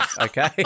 okay